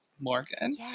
Morgan